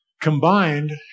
Combined